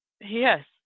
yes